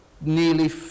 nearly